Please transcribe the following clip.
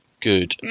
good